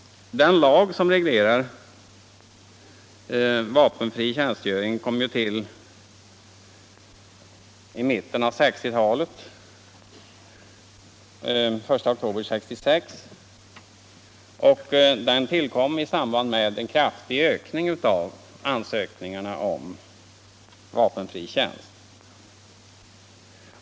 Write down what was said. Den lag som reglerar vapenfri tjänstgöring trädde ju i kraft den I oktober 1966. Den tillkom i samband med en kraftig ökning av ansökningarna om vapenfri tjänst.